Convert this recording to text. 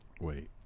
Wait